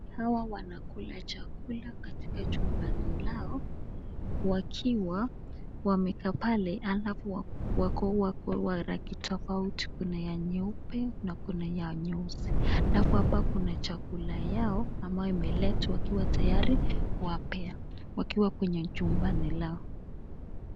Hawa wanakula chakula katika chumbani lao wakiwa wamekaa pale alafu wako wa rangi tofauti. Kuna ya nyeupe, na kuna ya nyeusi. Alafu hapa kuna chakula yao ambayo imeletwa wakiwa tayari kuwapea wakiwa kwenye jumbani lao.